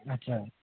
আচ্ছা